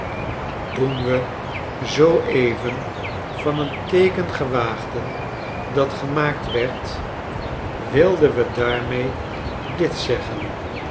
toen we zoo even van een teeken gewaagden dat gemaakt werd wilden wedaarmeedit zcggen